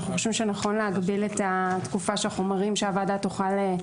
אנחנו חושבים שנכון להגביל את התקופה שהוועדה תוכל לעיין בחומרים.